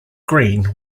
green